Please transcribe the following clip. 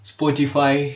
Spotify